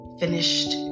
finished